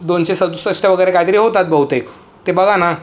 दोनशे सदुसष्ट वगैरे कायतरी होतात बहुतेक ते बघा ना